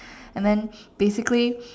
and then basically